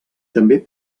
també